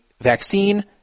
vaccine